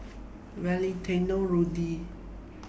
Valentino Rudy